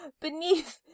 beneath